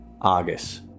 argus